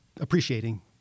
appreciating